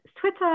twitter